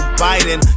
biden